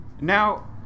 Now